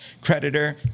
creditor